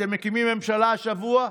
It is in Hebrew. אתם מקימים ממשלה השבוע,